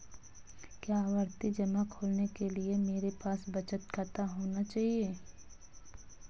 क्या आवर्ती जमा खोलने के लिए मेरे पास बचत खाता होना चाहिए?